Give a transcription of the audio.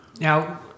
Now